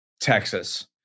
Texas